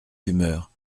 humeur